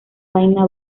vaina